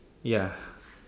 ya